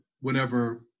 whenever